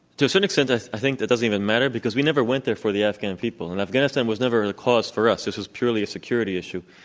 to cynics and i think it doesn't even matter because we never went there for the afghan people. and afghanistan was never a cause for us. this was purely a security issue.